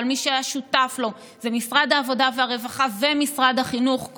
אבל מי שהיה שותף לו זה משרד העבודה והרווחה ומשרד החינוך,